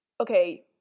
okay